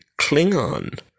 Klingon